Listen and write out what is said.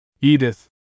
Edith